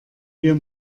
wir